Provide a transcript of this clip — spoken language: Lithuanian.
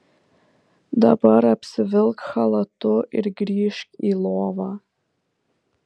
dabar apsivilk chalatu ir grįžk į lovą